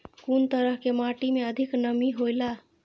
कुन तरह के माटी में अधिक नमी हौला?